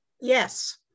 Yes